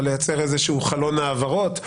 אבל לייצר איזה חלון העברות,